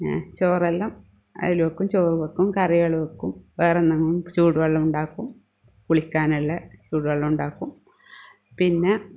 പിന്നെ ചോറെല്ലാം അതിൽ വയ്ക്കും ചോറ് വയ്ക്കും കറികൾ വയ്ക്കും വേറെ എന്തെങ്കിലും ചൂടു വെള്ളം ഉണ്ടാക്കും കുളിക്കാനുള്ള ചൂട് വെള്ളമുണ്ടാക്കും പിന്നെ